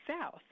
South